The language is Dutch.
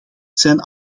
zijn